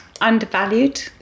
Undervalued